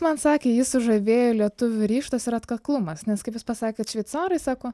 man sakė jį sužavėjo lietuvių ryžtas ir atkaklumas nes kaip jis pasakė kad šveicarai sako